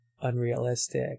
unrealistic